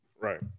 Right